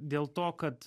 dėl to kad